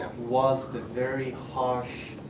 was the very harsh,